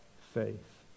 faith